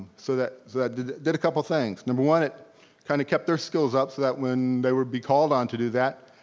so that that did did a couple things. number one, it kinda kept their skills up so that when they would be called on to do that,